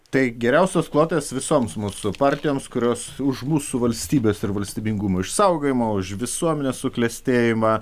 tai geriausios kloties visoms mūsų partijoms kurios už mūsų valstybės ir valstybingumo išsaugojimą už visuomenės suklestėjimą